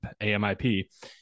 AMIP